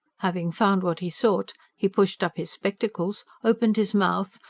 having found what he sought, he pushed up his spectacles, opened his mouth,